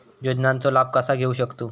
योजनांचा लाभ कसा घेऊ शकतू?